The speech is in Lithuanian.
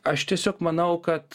aš tiesiog manau kad